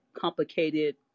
complicated